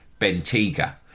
Bentiga